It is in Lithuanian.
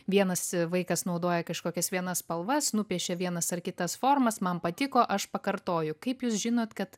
vienas vaikas naudoja kažkokias vienas spalvas nupiešė vienas ar kitas formas man patiko aš pakartoju kaip jūs žinot kad